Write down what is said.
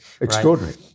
Extraordinary